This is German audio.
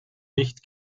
nicht